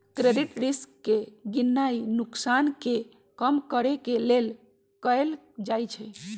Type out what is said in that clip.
credit risk के गीणनाइ नोकसान के कम करेके लेल कएल जाइ छइ